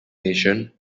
nation